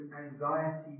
anxiety